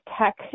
tech